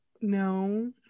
No